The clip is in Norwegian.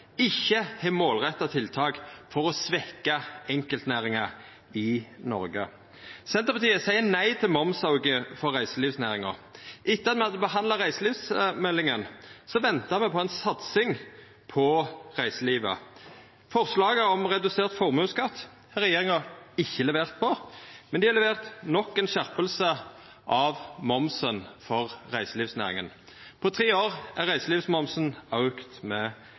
ikkje har målretta tiltak for å svekkja enkeltnæringar i Noreg. Senterpartiet seier nei til momsauke for reiselivsnæringa. Etter at me hadde behandla reiselivsmeldinga, venta me på ei satsing på reiselivet. Forslaget om redusert formuesskatt har regjeringa ikkje levert på, men dei har levert nok ei skjerping av momsen for reiselivsnæringa. På tre år har reiselivsmomsen auka med